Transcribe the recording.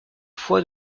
fois